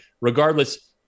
Regardless